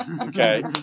Okay